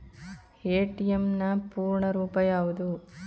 ATM ನ ಪೂರ್ಣ ರೂಪ ಯಾವುದು?